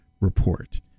report